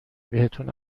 بهتون